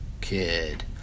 Kid